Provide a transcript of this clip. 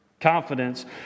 confidence